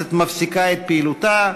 שהכנסת מפסיקה את פעילותה.